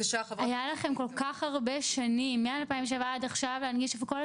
זה יצירת איזונים נכונים והשלמה של כל המטלות נגישות שנותרו.